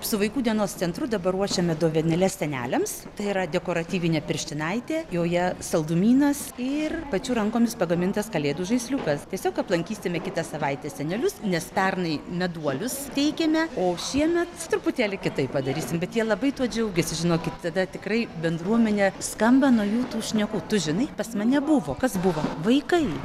su vaikų dienos centru dabar ruošiame dovanėles seneliams tai yra dekoratyvinė pirštinaitė joje saldumynas ir pačių rankomis pagamintas kalėdų žaisliukas tiesiog aplankysime kitą savaitę senelius nes pernai meduolius teikėme o šiemet truputėlį kitaip padarysim bet jie labai tuo džiaugiasi žinokit tada tikrai bendruomenė skamba nuo jų tų šnekų tu žinai pas mane buvo kas buvo vaikai